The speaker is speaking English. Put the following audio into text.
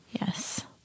yes